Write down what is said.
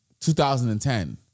2010